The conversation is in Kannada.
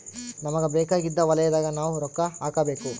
ನಮಗ ಬೇಕಾಗಿದ್ದ ವಲಯದಾಗ ನಾವ್ ರೊಕ್ಕ ಹಾಕಬೇಕು